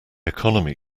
economy